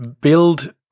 build